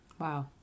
Wow